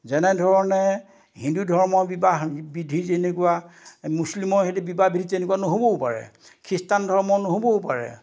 যেনেধৰণে হিন্দু ধৰ্মৰ বিবাহ বিধি যেনেকুৱা মুছলিমৰ সেইটো বিবাহ বিধি তেনেকুৱা নহ'বও পাৰে খ্ৰীষ্টান ধৰ্মৰ নহ'বও পাৰে